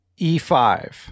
e5